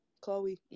Chloe